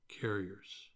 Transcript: carriers